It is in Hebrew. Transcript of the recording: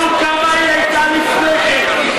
ספר לנו כמה היא הייתה לפני כן.